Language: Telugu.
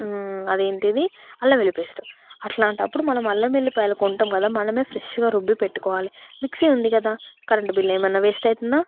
అది ఏంటిది అల్లం వెల్లుల్లి పేస్టు అలాంటప్పుడు మనం అల్లం వెల్లుల్లిపాయలు కొంటాం కదా మనం ఫ్రెష్గా రుబ్బి పెట్టుకోవాలి మిక్సీ ఉంది కదా కరెంట్ బిల్లు ఏమైనా వేస్ట్ అవుతుందా